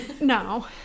no